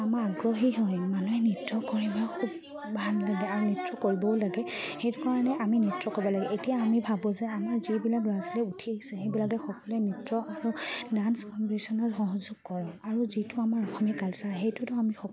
আমাৰ আগ্ৰহী হয় মানুহে নৃত্য কৰিব খুব ভাল লাগে আৰু নৃত্য কৰিবও লাগে সেইটো কাৰণে আমি নৃত্য ক'ব লাগে এতিয়া আমি ভাবোঁ যে আমাৰ যিবিলাক ল'ৰা ছোৱালী উঠি আহিছে সেইবিলাকে সকলোৱে নৃত্য আৰু ডাঞ্চ কম্পিটিশ্যনত সহযোগ কৰক আৰু যিটো আমাৰ অসমীয়া কালচাৰ সেইটোতো আমি